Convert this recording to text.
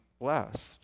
blessed